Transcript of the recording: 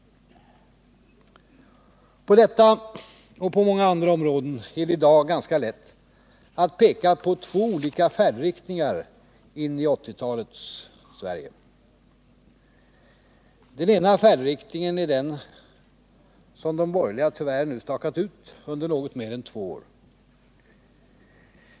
På detta och på många andra områden är det i dag ganska lätt att peka på två olika färdriktningar in i 1980-talets Sverige. Den ena färdriktningen är den som de borgerliga tyvärr nu har stakat ut under något mer än två år.